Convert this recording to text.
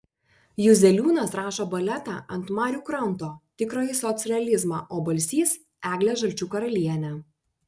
juzeliūnas rašo baletą ant marių kranto tikrąjį socrealizmą o balsys eglę žalčių karalienę